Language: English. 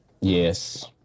Yes